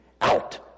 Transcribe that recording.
out